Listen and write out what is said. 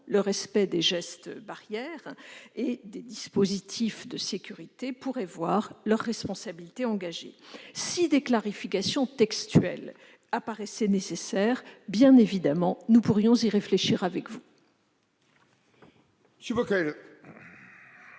le respect des gestes barrières et des dispositifs de sécurité pourraient voir leur responsabilité engagée. Si des clarifications textuelles apparaissaient nécessaires, nous pourrions évidemment y réfléchir avec vous.